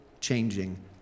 changing